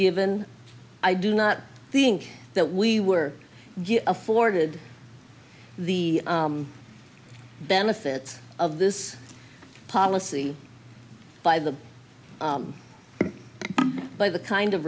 given i do not think that we were afforded the benefits of this policy by the by the kind of